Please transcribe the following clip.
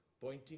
pointing